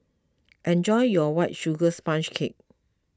enjoy your White Sugar Sponge Cake